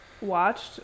watched